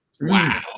Wow